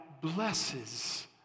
blesses